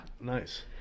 Nice